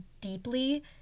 deeply